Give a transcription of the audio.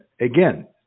Again